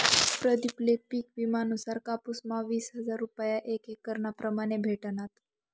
प्रदीप ले पिक विमा नुसार कापुस म्हा वीस हजार रूपया एक एकरना प्रमाणे भेटनात